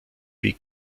wie